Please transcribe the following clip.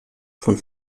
von